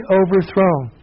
overthrown